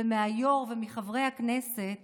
מהיושב-ראש ומחברי הכנסת